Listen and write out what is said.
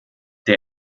der